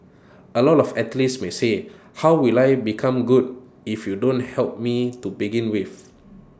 A lot of athletes may say how will I become good if you don't help me to begin with